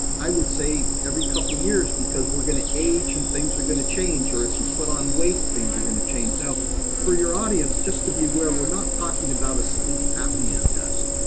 i would say every couple of years because we're going to age and things are going to change. or if you put on weight things are going to change now for your audience just to be aware, we're not talking about a sleep apnea test.